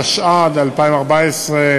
התשע"ד 2014,